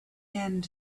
end